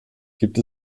gibt